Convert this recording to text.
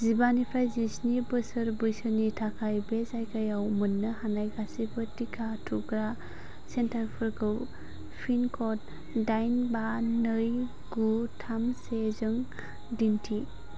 जिबानिफ्राय जिस्नि बोसोर बैसोनि थाखाय बे जायगायाव मोन्नो हानाय गासैबो टिका थुग्रा सेन्टारफोरखौ पिन कड दाइन बा नै गु थाम सेजों दिन्थि